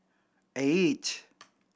eight